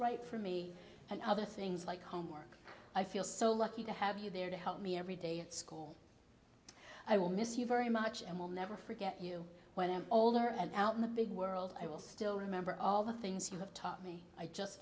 right for me and other things like homework i feel so lucky to have you there to help me every day at school i will miss you very much and will never forget you all are in the big world i will still remember all the things you have taught me i just